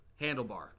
Handlebar